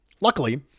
Luckily